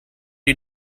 you